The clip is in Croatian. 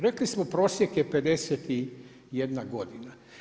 Rekli smo prosjek je 51 godina.